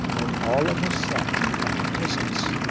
and all of a sudden, a presence,